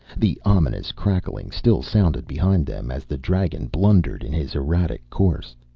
the ominous crackling still sounded behind them, as the dragon blundered in his erratic course.